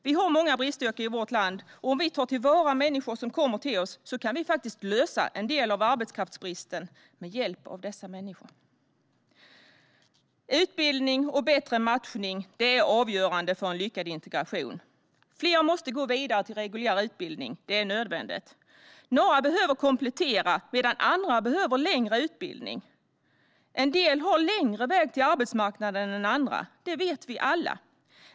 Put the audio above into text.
Vi har många bristyrken i vårt land, och om vi tar till vara människor som kommer till oss kan vi faktiskt komma till rätta med en del av arbetskraftsbristen med hjälp av dessa människor. Utbildning och bättre matchning är avgörande för en lyckad integration. Fler måste gå vidare till reguljär utbildning; det är nödvändigt. Några behöver komplettera sin utbildning, medan andra behöver längre utbildning. En del har längre väg till arbetsmarknaden än andra; det vet vi alla.